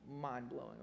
mind-blowing